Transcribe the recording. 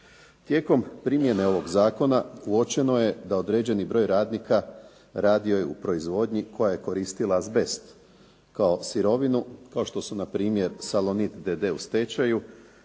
Tijekom primjene ovog zakona uočeno je da određeni broj radnika radio je u proizvodnji koja je koristila azbest kao sirovinu, kao što su npr. "Salonit d.d." u stečaju